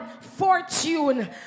fortune